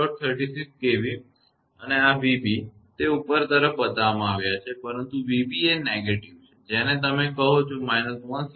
36 kV અને આ 𝑣𝑏 તે ઉપર તરફ બતાવવામાં આવ્યું છે પરંતુ 𝑣𝑏 એ નકારાત્મક છે તમે જે કહો છો તે − 163